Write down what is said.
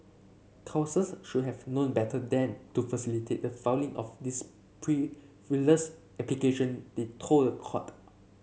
should have known better than to facilitate the filing of this application they told the court